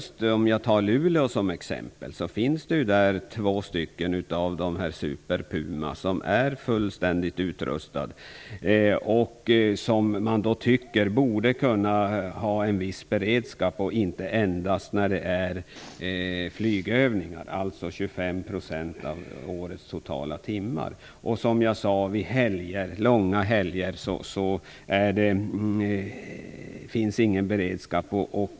I Luleå finns t.ex. två s.k. Superpuma, som är fullständigt utrustade, och de borde då kunna ha en viss beredskap, och inte endast när det är flygövningar, dvs. under 25 % av årets timmar. Vid långa helger finns det alltså ingen beredskap.